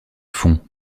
fonds